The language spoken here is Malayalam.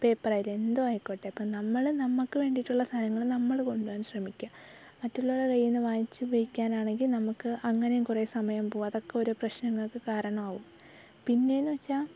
പേപ്പറായാലും എന്തോ ആയിക്കോട്ടെ ഇപ്പം നമ്മൾ നമുക്ക് വേണ്ടിയിട്ടുള്ള സാധനങ്ങൾ നമ്മൾ കൊണ്ടുപോകാൻ ശ്രമിക്കുക മറ്റുള്ളവരുടെ കയ്യീന്നു വാങ്ങിച്ചുപയോഗിക്കാൻ ആണെങ്കിൽ നമുക്ക് അങ്ങനെയും കുറെ സമയം പോകും അതൊക്കെ ഓരോ പ്രശ്നങ്ങൾക്ക് കാരണമാവും പിന്നേന്നു വെച്ചാൽ